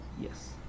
Yes